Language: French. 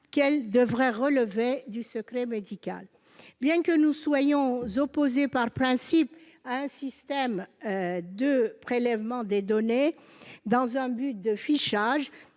qu'elles devraient relever du secret médical. Bien que nous soyons opposés par principe à un système de prélèvement des données dans un objectif de fichage,